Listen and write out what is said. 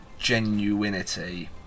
Genuinity